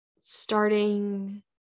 starting